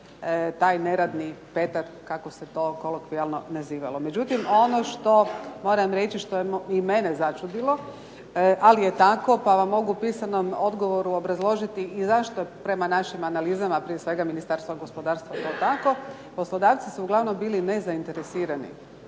taj neradni petak kako se to kolokvijalno nazivalo. Međutim, ono što moram reći što je i mene začudilo ali je tako pa vam mogu u pisanom odgovoru obrazložiti i zašto je prema našim analizama a prije svega Ministarstva gospodarstva to tako. Poslodavci su uglavnom bili nezainteresirani